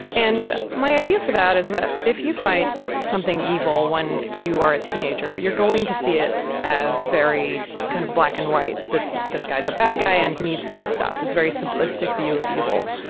and my idea for that is that if you fight something evil when you are a teenager, you're going to see it as very kind of black and white. this this guy's a bad guy and he needs to be stopped is very simplistic view of evil.